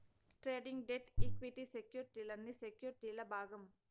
trading, debt, equity సెక్యుర్టీలన్నీ సెక్యుర్టీల్ల భాగం